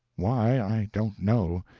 why, i don't know.